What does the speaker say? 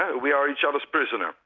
we are each other's prisoner.